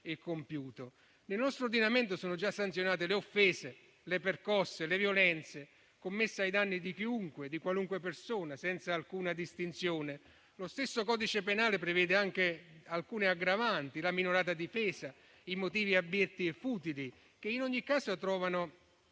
e compiuto. Nel nostro ordinamento sono già sanzionate le offese, le percosse e le violenze commesse ai danni di chiunque, di qualunque persona senza alcuna distinzione. Lo stesso codice penale prevede anche alcune aggravanti, come la minorata difesa e i motivi abietti e futili, che in ogni caso trovano